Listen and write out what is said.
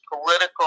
political